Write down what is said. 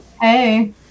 Hey